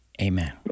Amen